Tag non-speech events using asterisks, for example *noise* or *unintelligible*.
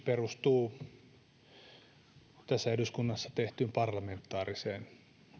*unintelligible* perustuu tässä eduskunnassa tehtyyn parlamentaariseen